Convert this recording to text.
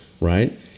right